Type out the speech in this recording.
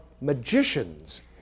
magicians